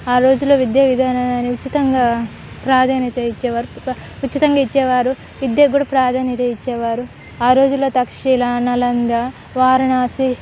ఆ రోజుల్లో విద్య విధానాన్ని ఉచితంగా ప్రాధాన్యత ఇచ్చేవారు ఉచితంగా ఇచ్చేవారు విద్యకు కూడా ప్రాధాన్యత ఇచ్చేవారు ఆ రోజుల్లో తక్షీశిల నలంద వారణాసి